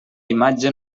imatge